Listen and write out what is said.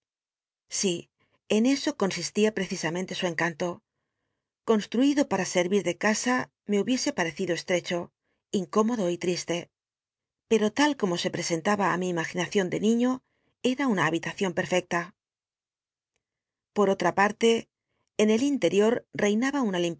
sí en eso consistía precisa mente su encanto construido para sen ir de casa me hubiese parecido estrecho incómoclo y tl iste pero tal como se presentaba i jn i imaginacion de n iiío era una habilacion perfecta por otra patle en el intcrior reinaba una